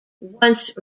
once